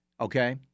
okay